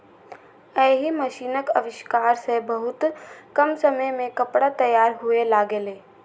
एहि मशीनक आविष्कार सं बहुत कम समय मे कपड़ा तैयार हुअय लागलै